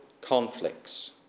conflicts